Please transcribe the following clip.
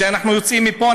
כשאנחנו יוצאים מפה,